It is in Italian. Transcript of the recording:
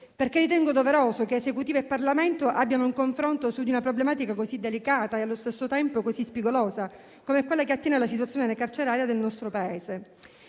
Ritengo doveroso infatti che Esecutivo e Parlamento abbiano un confronto su una problematica così delicata e, allo stesso tempo, così spigolosa come quella che attiene alla situazione carceraria del nostro Paese.